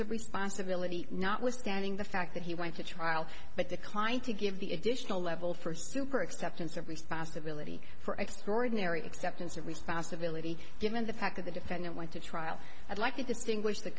of responsibility not was standing the fact that he went to trial but declined to give the additional level for super acceptance of responsibility for extraordinary acceptance of responsibility given the fact that the defendant went to trial i'd like to distinguish the